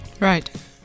Right